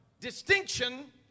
distinction